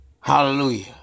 Hallelujah